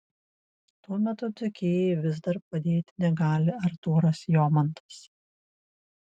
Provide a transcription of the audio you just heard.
tuo metu dzūkijai vis dar padėti negali artūras jomantas